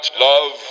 love